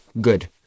good